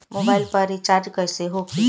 Mobile पर recharge कैसे होखी?